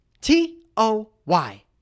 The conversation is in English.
T-O-Y